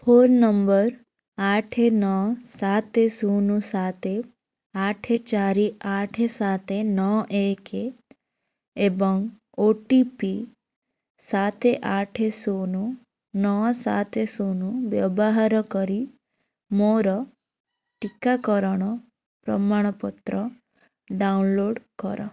phone number ଆଠେ ନଅ ସାତେ ଶୂନ ସାତେ ଆଠେ ଚାରି ଆଠେ ସାତେ ନଅ ଏକେ ଏବଂ ଓ ଟି ପି ସାତେ ଆଠେ ଶୂନ ନଅ ସାତେ ଶୂନ ବ୍ୟବହାର କରି ମୋର ଟିକାକରଣ ପ୍ରମାଣପତ୍ର ଡାଉନଲୋଡ଼୍ କର